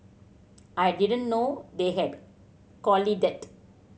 I didn't know they had collided